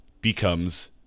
becomes